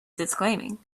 disclaiming